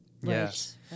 Yes